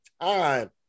time